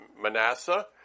Manasseh